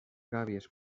gàbies